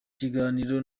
kiganiro